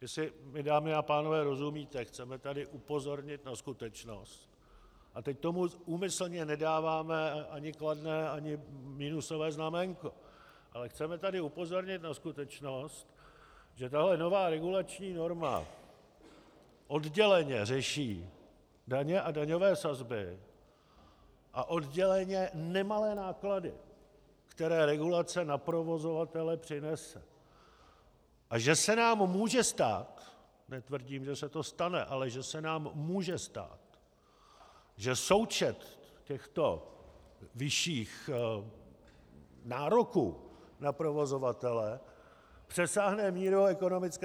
Jestli mi, dámy a pánové, rozumíte, chceme tady upozornit na skutečnost, a teď tomu úmyslně nedáváme ani kladné, ani minusové znaménko, ale chceme tady upozornit na skutečnost, že tahle nová regulační norma odděleně řeší daně a daňové sazby a odděleně nemalé náklady, které regulace na provozovatele přinese, a že se nám může stát netvrdím, že se to stane, ale že se nám může stát , že součet těchto vyšších nároků na provozovatele přesáhne míru ekonomické efektivity.